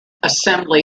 assembly